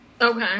Okay